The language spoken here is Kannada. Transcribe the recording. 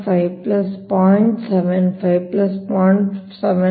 75 0